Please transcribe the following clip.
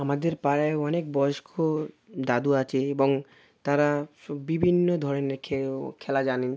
আমাদের পাড়ায় অনেক বয়েস্ক দাদু আছে এবং তারা সব বিভিন্ন ধরনের কেউ খেলা জানেন